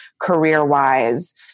career-wise